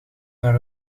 naar